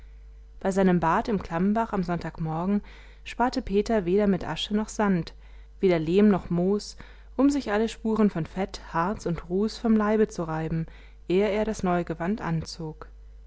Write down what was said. bei seinem bad im klammbach am sonntagmorgen sparte peter weder mit asche noch sand weder lehm noch moos um sich alle spuren von fett harz und ruß vom leibe zu reiben ehe er das neue gewand anzog